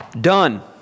Done